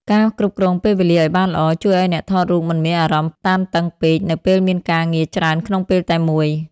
ការគ្រប់គ្រងពេលវេលាឱ្យបានល្អ ជួយឱ្យអ្នកថតរូបមិនមានអារម្មណ៍តានតឹងពេក នៅពេលមានការងារច្រើនក្នុងពេលតែមួយ។